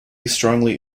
strongly